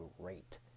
great